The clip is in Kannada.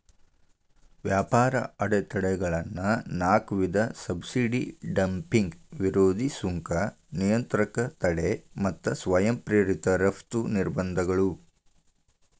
ವ್ಯಾಪಾರ ಅಡೆತಡೆಗಳೊಳಗ ನಾಕ್ ವಿಧ ಸಬ್ಸಿಡಿ ಡಂಪಿಂಗ್ ವಿರೋಧಿ ಸುಂಕ ನಿಯಂತ್ರಕ ತಡೆ ಮತ್ತ ಸ್ವಯಂ ಪ್ರೇರಿತ ರಫ್ತು ನಿರ್ಬಂಧಗಳು